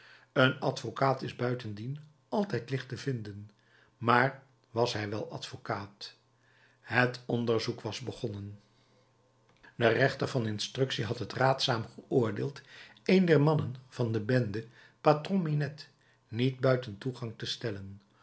een advocaat is buitendien altijd licht te vinden maar was hij wel advocaat het onderzoek was begonnen de rechter van instructie had het raadzaam geoordeeld een der mannen van de bende patron minette niet buiten toegang te stellen